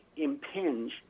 impinge